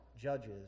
judges